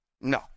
No